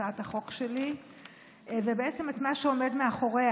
הצעת החוק שלי ובעצם את מה שעומד מאחוריה.